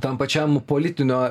tam pačiam politinio